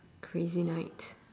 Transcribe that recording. crazy night